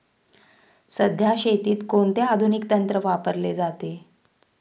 सध्या शेतीत कोणते आधुनिक तंत्र वापरले जाते?